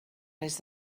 res